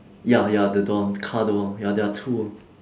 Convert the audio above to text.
ya ya the door the car door ya there are two